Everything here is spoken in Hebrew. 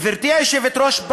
גברתי היושבת-ראש,